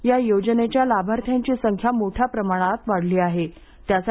या योजनेच्या लाभार्थ्यांची संख्या मोठ्या प्रमाणात वाढली आहेत्यास